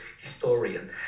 historian